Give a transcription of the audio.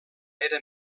era